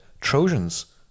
trojans